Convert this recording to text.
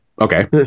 okay